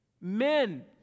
Men